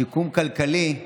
שיקום כלכלי.